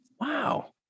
wow